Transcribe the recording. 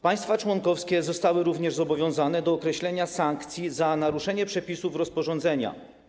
Państwa członkowskie zostały również zobowiązane do określenia sankcji za naruszenie przepisów rozporządzenia.